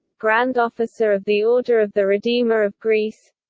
grand officer of the order of the redeemer of greece